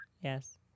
Yes